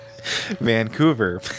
Vancouver